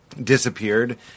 disappeared